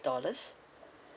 dollars